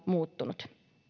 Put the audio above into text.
muuttunut